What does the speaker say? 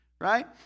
right